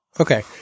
Okay